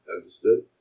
Understood